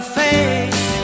face